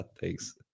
Thanks